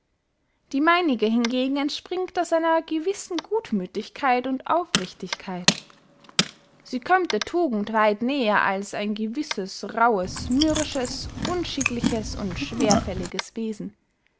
die meinige hingegen entspringt aus einer gewissen gutmüthigkeit und aufrichtigkeit sie kömmt der tugend weit näher als ein gewisses rauhes mürrisches unschickliches und schwerfälliges wesen